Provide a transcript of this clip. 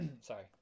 sorry